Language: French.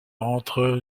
entre